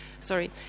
sorry